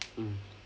mm